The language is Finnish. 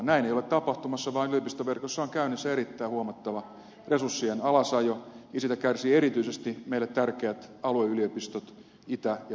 näin ei ole tapahtumassa vaan yliopistoverkossa on käynnissä erittäin huomattava resurssien alasajo ja siitä kärsivät erityisesti meille tärkeät alueyliopistot itä ja pohjois suomessa